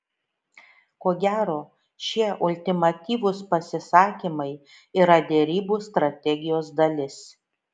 ko gero šie ultimatyvūs pasisakymai yra derybų strategijos dalis